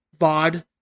VOD